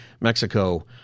Mexico